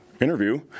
interview